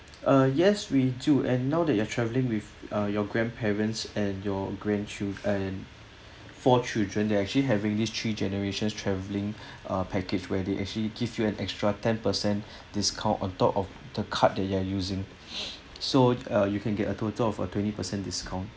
ah yes we do and now that you're travelling with ah your grandparents and your grandchild and four children they're actually having these three generations travelling uh package where they actually gives you an extra ten percent discount on top of the card that you are using so uh you can get a total of a twenty percent discount